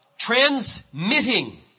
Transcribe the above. transmitting